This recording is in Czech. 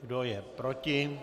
Kdo je proti?